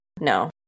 No